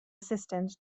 assistant